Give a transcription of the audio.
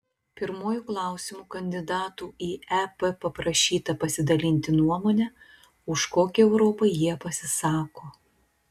pirmuoju klausimu kandidatų į ep paprašyta pasidalinti nuomone už kokią europą jie pasisako